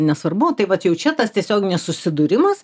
nesvarbu tai vat jau čia tas tiesioginis susidūrimas